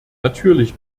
natürlich